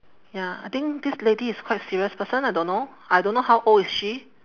ya I think this lady is quite serious person I don't know I don't know how old is she